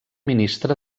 ministre